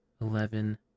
eleven